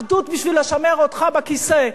אחדות בשביל לשמר אותך בכיסא,